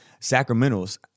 sacramentals